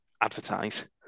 advertise